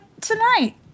tonight